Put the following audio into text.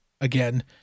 again